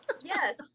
Yes